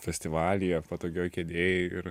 festivalyje patogioj kėdėj ir